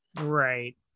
Right